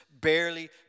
barely